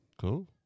Cool